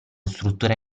struttura